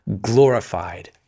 glorified